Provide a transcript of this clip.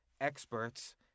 experts